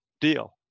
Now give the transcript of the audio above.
deal